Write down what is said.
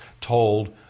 told